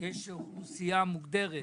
ישנה אוכלוסייה מוגדרת,